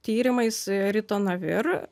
tyrimais ritonavir